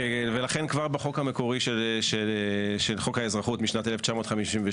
לכן כבר בחוק המקורי של חוק האזרחות משנת 1952